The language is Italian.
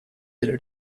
delle